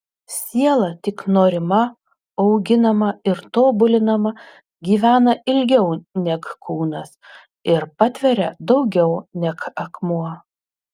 siela tik norima auginama ir tobulinama gyvena ilgiau neg kūnas ir patveria daugiau neg akmuo